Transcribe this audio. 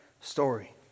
story